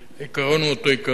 העיקרון הוא אותו עיקרון.